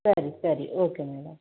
ಸರಿ ಸರಿ okay madam